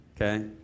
Okay